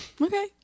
okay